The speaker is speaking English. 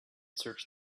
searched